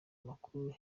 amakuru